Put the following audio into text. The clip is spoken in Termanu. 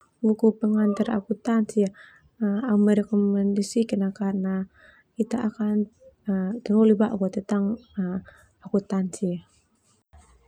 Buku pengantar akuntansi au rekomendasikan karna ita akan tanoli bauk tentang akuntansi.